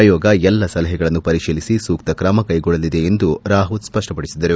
ಆಯೋಗ ಎಲ್ಲ ಸಲಹೆಗಳನ್ನು ಪರಿಶೀಲಿಸಿ ಸೂಕ್ತ ಕ್ರಮ ಕೈಗೊಳ್ಳಲಿದೆ ಎಂದು ರಾವತ್ ಸ್ಪಷ್ಟಪಡಿಸಿದರು